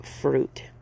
fruit